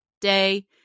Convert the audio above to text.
day